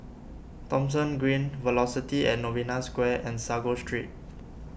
Thomson Green Velocity at Novena Square and Sago Street